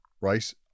right